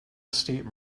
estate